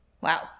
Wow